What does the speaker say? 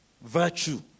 Virtue